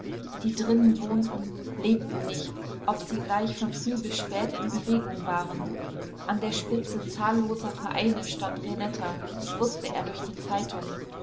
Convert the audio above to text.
die drinnen wohnten lebten nicht ob sie gleich von früh bis spät in bewegung waren an der spitze zahlloser vereine stand renetta das wußte er durch die zeitungen